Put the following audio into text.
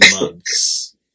months